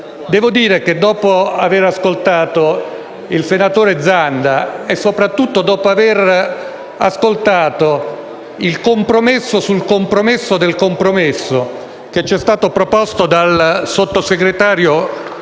Tuttavia dopo aver ascoltato il senatore Zanda, e soprattutto dopo avere ascoltato il compromesso sul compromesso del compromesso che ci è stato proposto dal sottosegretario